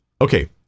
Okay